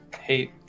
Hate